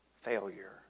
failure